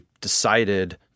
decided